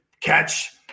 catch